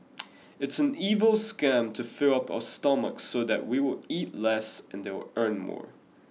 it's an evil scam to fill up our stomachs so that we will eat less and they'll earn more